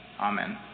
Amen